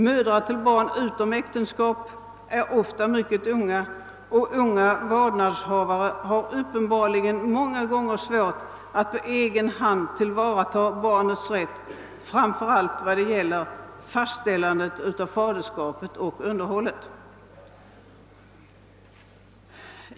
Mödrar med barn utom äktenskap är ofta mycket unga, och unga vårdnadshavare har uppenbarligen många gånger svårt att på egen hand tillvarata barnets rätt, framför allt när det gäller fastställandet av faderskapet och underhållet.